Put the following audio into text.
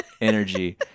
energy